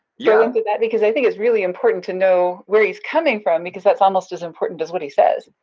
yeah! go into that because i think it's really important to know where he's coming from, because that's almost as important as what he says.